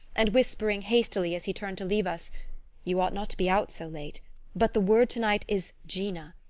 and whispering hastily, as he turned to leave us you ought not to be out so late but the word tonight is jena.